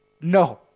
No